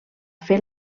fer